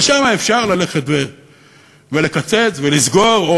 אבל שם אפשר ללכת ולקצץ ולסגור,